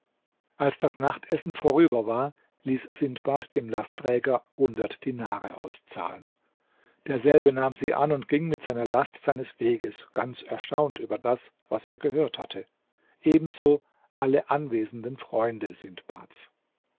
als das nachtessen vorüber war ließ sindbad dem lastträger hundert dinare auszahlen derselbe nahm sie an und ging mit seiner last seines weges ganz erstaunt über das was er gehört hatte ebenso alle anwesenden freunde